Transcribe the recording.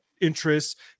interests